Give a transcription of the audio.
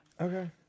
Okay